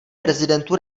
prezidentu